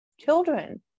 children